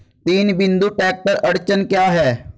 तीन बिंदु ट्रैक्टर अड़चन क्या है?